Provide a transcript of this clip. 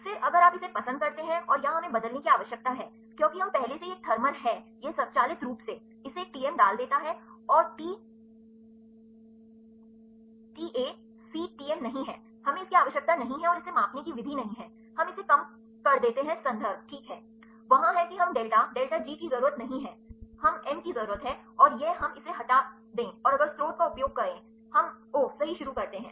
फिर अगर आप इसे पसंद करते हैं और यहां हमें बदलने की आवश्यकता है क्योंकि हम पहले से ही एक थर्मल है यह स्वचालित रूप से इसे एक टीएम डाल देता है और टी टा सी टीएम नहीं है T is not Ta C ™ हमें इसकी आवश्यकता नहीं है और इसे मापने की विधि नहीं है हम इसे कम कर देते हैं संदर्भ ठीक है वहाँ है कि हम डेल्टा डेल्टा जी की जरूरत नहीं है हम म की जरूरत है और यह हम इसे हटा दें और अगर स्रोत का उपयोग करें हम ओह सही शुरू करते हैं